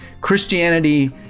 Christianity